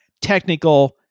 Technical